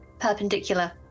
perpendicular